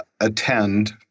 attend